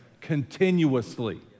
continuously